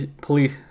police